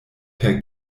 per